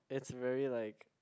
it's very like